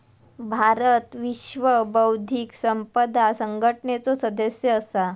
भारत विश्व बौध्दिक संपदा संघटनेचो सदस्य असा